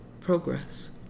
progress